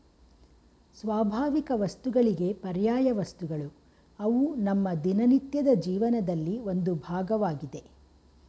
ಸ್ವಾಭಾವಿಕವಸ್ತುಗಳಿಗೆ ಪರ್ಯಾಯವಸ್ತುಗಳು ಅವು ನಮ್ಮ ದಿನನಿತ್ಯದ ಜೀವನದಲ್ಲಿ ಒಂದು ಭಾಗವಾಗಿದೆ